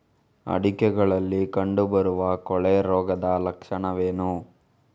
ಅಡಿಕೆಗಳಲ್ಲಿ ಕಂಡುಬರುವ ಕೊಳೆ ರೋಗದ ಲಕ್ಷಣವೇನು?